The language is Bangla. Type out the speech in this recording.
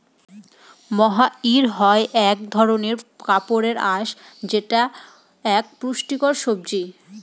মহাইর হয় এক ধরনের কাপড়ের আঁশ যেটা এক পুষ্টিকর সবজি